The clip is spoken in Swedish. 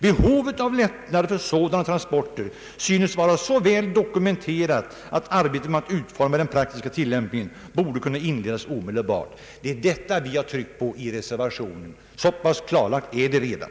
Behovet av lättnader för sådana transporter synes vara så väl dokumenterat att arbetet med att utforma den praktiska tillämpningen borde kunna inledas omedelbart.” Ang. regionalpolitiken Det är detta vi har tryckt på i reservationen. Så pass klarlagt är det redan.